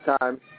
time